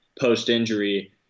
post-injury